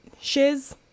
shiz